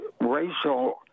racial